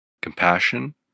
compassion